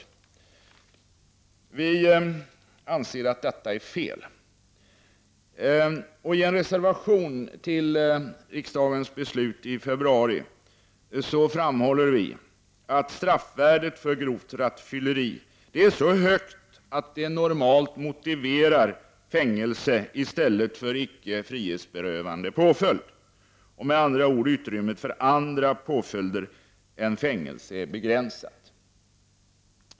Vi anser att detta är fel, och i en reservation till betänkandet som låg till grund för riksdagens beslut i februari framhåller vi att straffvärdet för grovt rattfylleri är så högt att det normalt motiverar fängelse i stället för icke frihetsberövande påföljd. Det finns med andra ord endast ett begränsat utrymme för andra påföljder än fängelse.